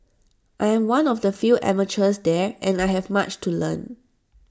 I am one of the few amateurs there and I have much to learn